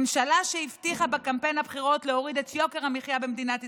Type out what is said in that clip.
מממשלה שהבטיחה בקמפיין הבחירות להוריד את יוקר המחיה במדינת ישראל,